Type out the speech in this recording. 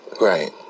Right